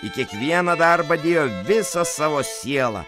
į kiekvieną darbą dėjo visą savo sielą